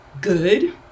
good